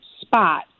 spot